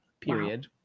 period